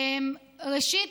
ראשית,